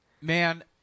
Man